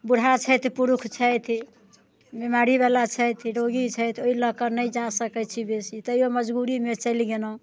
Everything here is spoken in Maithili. बूढ़ा छथि पुरुष छथि बीमारीवला छथि रोगी छथि ओइ लऽ कऽ नहि जा सकै छी बेसी तहिओ मजबूरीमे चलि गेलहुँ